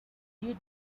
you